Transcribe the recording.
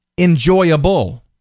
enjoyable